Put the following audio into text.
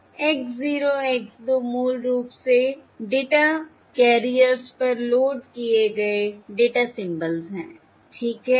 X0 X2 मूल रूप से डेटा कैरियर्स पर लोड किए गए डेटा सिंबल्स हैं ठीक है